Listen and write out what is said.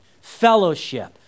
fellowship